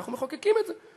אנחנו מחוקקים את זה.